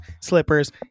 slippers